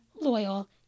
loyal